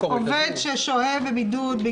נודע לעובד שחלה עליו חובת בידוד,